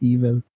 Evil